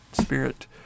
spirit